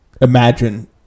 imagine